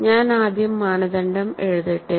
ഞാൻ ആദ്യം മാനദണ്ഡം എഴുതട്ടെ